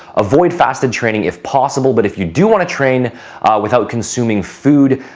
avoid fasted training if possible. but if you do want to train without consuming food,